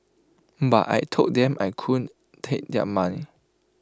but I Told them I couldn't take their money